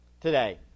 today